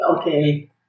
okay